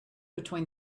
between